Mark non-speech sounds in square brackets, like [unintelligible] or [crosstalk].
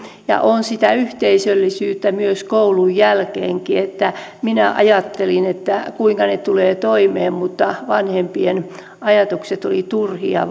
ja on sitä yhteisöllisyyttä koulun jälkeenkin että minä ajattelin kuinka he tulevat toimeen mutta vanhempien ajatukset olivat turhia [unintelligible]